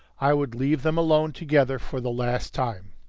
i would leave them alone together for the last time.